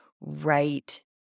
right